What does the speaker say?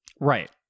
Right